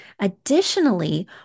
Additionally